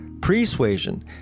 Persuasion